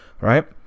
right